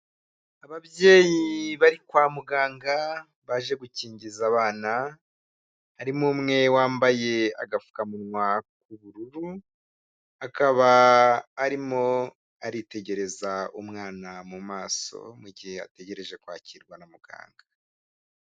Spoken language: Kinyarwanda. Ababyeyi bari kwa muganga baje gukingiza abana, harimo umwe wambaye agapfukamunwa k'ubururu, akaba arimo aritegereza umwana mu maso mu gihe ategereje kwakirwa na muganga.